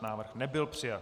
Návrh nebyl přijat.